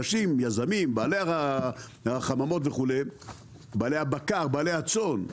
אנשים, יזמים, בעלי החממות, בעלי הבקר ובעלי הצאן,